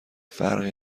فرقی